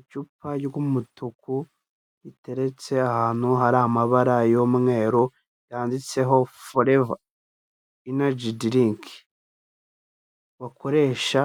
Icupa ry'umutuku riteretse ahantu hari amabara y'umweru yanditseho forever energy drink bakoresha